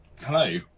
Hello